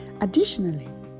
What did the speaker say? additionally